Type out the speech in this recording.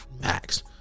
max